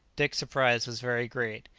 dick's surprise was very great.